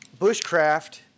bushcraft